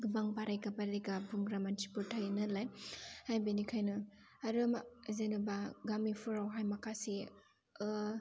गोबां बारायगा बारायगा बुंग्रा मानसिफोर थायो नालाय बिनिखायनो आरो जेनोबा गामिफोरावहाय माखासे